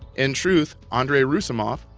in truth, andre roussimoff,